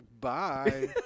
Bye